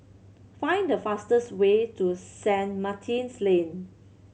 find the fastest way to Saint Martin's Lane